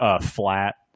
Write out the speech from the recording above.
flat